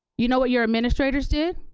you know what your administrators did?